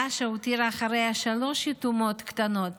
דאשה הותירה אחריה שלוש יתומות קטנות